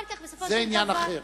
זה עניין אחר.